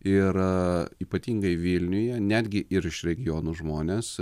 ir ypatingai vilniuje netgi ir iš regionų žmonės